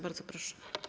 Bardzo proszę.